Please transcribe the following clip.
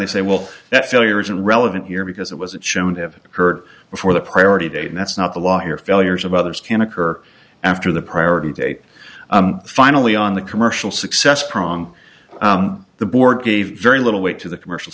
they say well that failure isn't relevant here because it wasn't shown to have occurred before the priority date and that's not the law here failures of others can occur after the priority date finally on the commercial success prong the board gave very little weight to the commercial